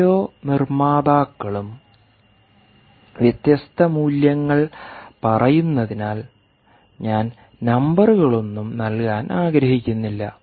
ഓരോ നിർമ്മാതാക്കളും വ്യത്യസ്ത മൂല്യങ്ങൾ പറയുന്നതിനാൽ ഞാൻ നമ്പറുകളൊന്നും നൽകാൻ ആഗ്രഹിക്കുന്നില്ല